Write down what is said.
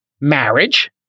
marriage